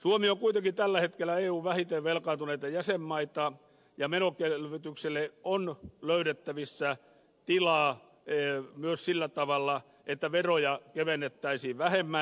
suomi on kuitenkin tällä hetkellä eun vähiten velkaantuneita jäsenmaita ja menoelvytykselle on löydettävissä tilaa myös sillä tavalla että veroja kevennettäisiin vähemmän